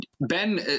Ben